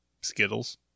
Skittles